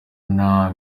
nta